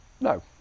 No